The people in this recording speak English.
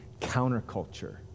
counterculture